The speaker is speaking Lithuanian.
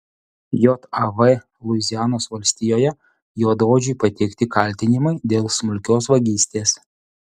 jav luizianos valstijoje juodaodžiui pateikti kaltinimai dėl smulkios vagystės